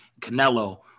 Canelo